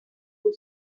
pour